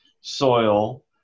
soil